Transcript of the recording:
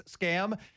scam